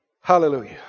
Hallelujah